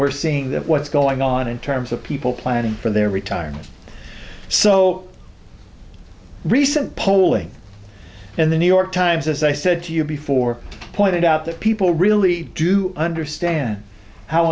we're seeing that what's going on in terms of people planning for their retirement so recent polling and the new york times as i said to you before pointed out that people really do understand how